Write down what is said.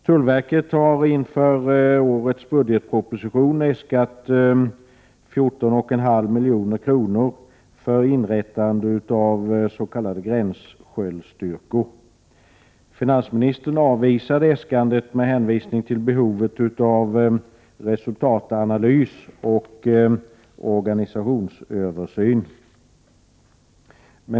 Tullverket har inför årets budgetproposition äskat 14,5 miljoner för inrättande av s.k. gränsskyddsstyrkor. Finansministern har avvisat äskandet med hänvisning till behovet av resultatanalys och organisationsöversyn.